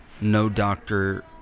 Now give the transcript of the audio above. no-doctor